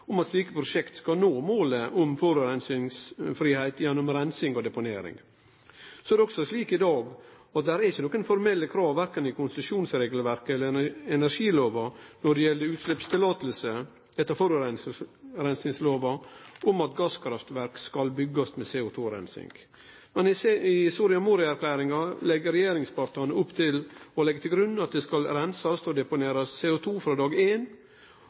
om at slike prosjekt skal nå målet om å vere fri for forureining gjennom reinsing og deponering. Så er det også slik i dag at det er ikkje nokon formelle krav verken i konsesjonsregelverket eller i energilova når det gjeld utsleppsløyve etter forureiningslova om at gasskraftverk skal byggjast med CO2-reinsing. Men i Soria Moria-erklæringa legg regjeringspartane til grunn at det skal reinsast og deponerast CO2 frå dag éin, og Miljøverndepartementet gir ikkje utsleppsløyve som ein